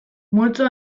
multzo